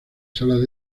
salas